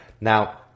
Now